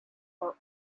are